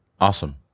Awesome